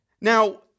Now